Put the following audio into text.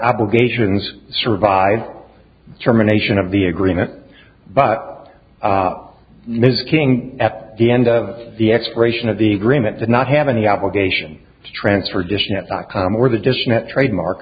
obligations survive termination of the agreement but up ms king at the end of the expiration of the agreement did not have any obligation to transfer dish or the dish net trademark